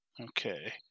Okay